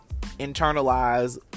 internalize